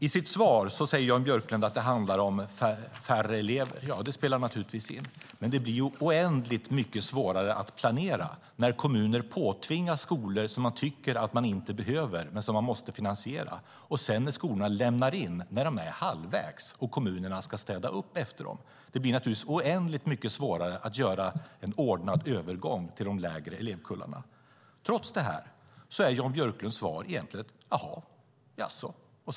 I sitt svar säger Jan Björklund att det handlar om färre elever. Ja, det spelar naturligtvis in, men det blir ju oändligt mycket svårare att planera när kommuner påtvingas skolor de tycker att de inte behöver men måste finansiera. När skolorna sedan lämnar in när de är halvvägs och kommunerna ska städa upp efter dem blir det oändligt mycket svårare att göra en ordnad övergång för de yngre elevkullarna. Trots detta är Björklunds svar egentligen ett: Jaha, jaså.